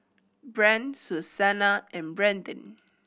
Brant Susannah and Brandyn